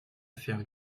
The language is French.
faire